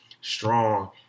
strong